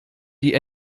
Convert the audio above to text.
die